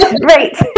great